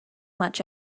much